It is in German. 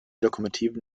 lokomotiven